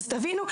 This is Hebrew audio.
תבינו,